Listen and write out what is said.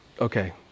okay